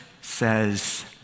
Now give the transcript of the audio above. says